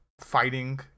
fighting